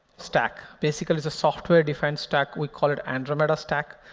stack. basically, it's a software-defined stack. we call it andromeda stack.